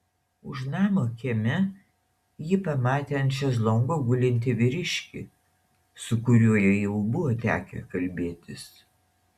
už namo kieme ji pamatė ant šezlongo gulintį vyriškį su kuriuo jai jau buvo tekę kalbėtis